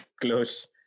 close